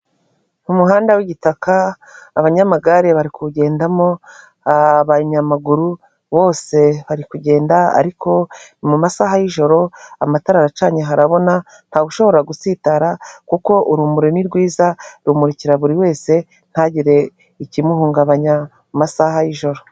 Umuhanda w'igitaka, abanyamagare bari kuwugendamo, abanyamaguru bose bari kugenda, ariko ni mu masaha y'ijoro, amatara aracanye harabona, ntawe ushobora gutsitara, kuko urumuri ni rwiza, rumurikira buri wese ntagire ikimuhungabanya mu masaha y'ijoro.